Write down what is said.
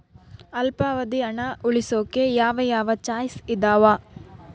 ಅಲ್ಪಾವಧಿ ಹಣ ಉಳಿಸೋಕೆ ಯಾವ ಯಾವ ಚಾಯ್ಸ್ ಇದಾವ?